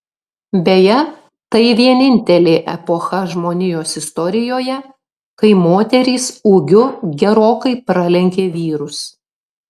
beje tai vienintelė epocha žmonijos istorijoje kai moterys ūgiu gerokai pralenkė vyrus